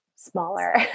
smaller